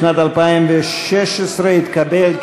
חדשה לסעיף 20 לשנת 2016 לא התקבלו.